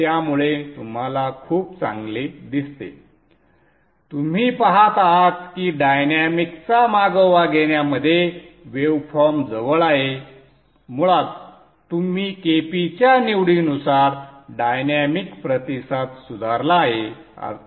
त्यामुळे तुम्हाला खूप चांगले दिसते तुम्ही पहात आहात की डायनॅमिक्सचा मागोवा घेण्यामध्ये वेवफॉर्म जवळ आहे मुळात तुम्ही Kp च्या निवडीनुसार डायनॅमिक प्रतिसाद सुधारला आहे